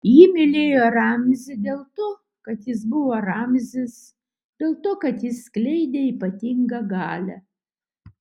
ji mylėjo ramzį dėl to kad jis buvo ramzis dėl to kad jis skleidė ypatingą galią